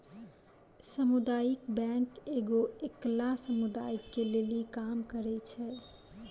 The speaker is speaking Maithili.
समुदायिक बैंक एगो अकेल्ला समुदाय के लेली काम करै छै